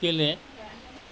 गेले